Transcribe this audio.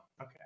okay